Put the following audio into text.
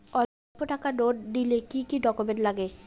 অল্প টাকার লোন নিলে কি কি ডকুমেন্ট লাগে?